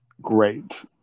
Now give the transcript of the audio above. Great